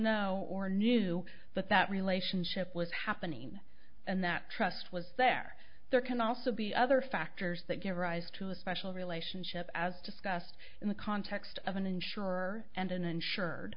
know or knew that that relationship was happening and that trust was their there can also be other factors that give rise to a special relationship as discussed in the context of an insurer and an insured